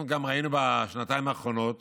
אנחנו גם ראינו בשנתיים האחרונות